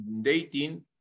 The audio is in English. dating